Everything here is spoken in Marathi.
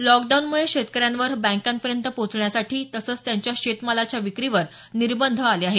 लॉकडाऊनमुळे शेतकऱ्यावर बँकापर्यंत पोहाचण्यासाठी तसंच त्यांच्या शेतमालाच्या विक्रीवर निर्बंध आले आहेत